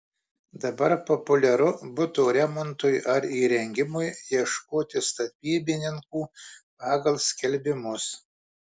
dabar populiaru buto remontui ar įrengimui ieškoti statybininkų pagal skelbimus